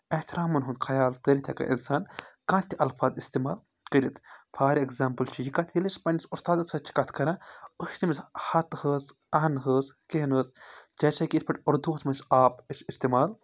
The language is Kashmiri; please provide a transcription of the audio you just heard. اَحتِرامَن ہُنٛد خَیال کٔرِتھ ہیٚکان اِنسان کانٛہہ تہِ الفاظ اِستعمال کٔرِتھ فار ایٚگزامپٕل چھِ یہِ کَتھ ییٚلہِ أسۍ پَنٕنِس اُستادَس سۭتۍ چھِ کَتھ کَران أسۍ چھِ تٔمِس ہَتہٕ حٲص اَن حٲص کینٛہہ حٲص جیسے کہِ یِتھ پٲٹھۍ اردوٗوَس منٛز چھِ آپ أسۍ اِستعمال